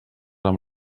amb